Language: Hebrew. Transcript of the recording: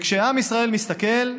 וכשעם ישראל מסתכל,